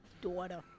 Daughter